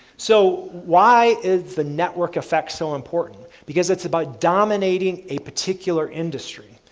so, why is the network effects so important? because it's about dominating a particular industry.